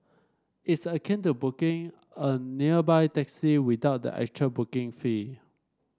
it's akin to booking a nearby taxi without the actual booking fee